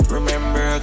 Remember